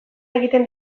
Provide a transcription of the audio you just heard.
egiten